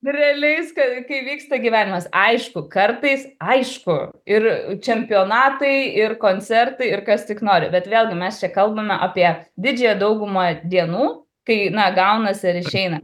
realiais ka kai vyksta gyvenimas aišku kartais aišku ir čempionatai ir koncertai ir kas tik nori bet vėlgi mes čia kalbame apie didžiąją daugumą dienų kai na gaunasi ar išeina